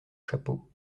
chapeau